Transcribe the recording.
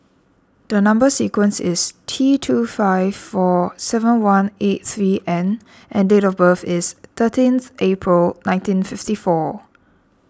the Number Sequence is T two five four seven one eight three N and date of birth is thirteenth April nineteen fifty four